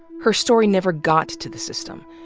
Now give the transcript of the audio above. her story never got to the system.